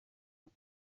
but